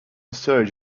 surge